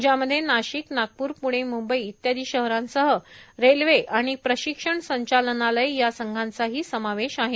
ज्यामध्ये नाशिक नागप्र प्णे मंंबई इत्यादी शहरांसह रेल्वे प्रशिक्षण संचालनालय या संघांचा ही समावेश आहे